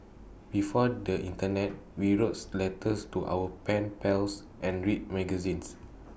before the Internet we wrotes letters to our pen pals and read magazines